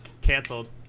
canceled